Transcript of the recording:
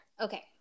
Okay